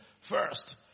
first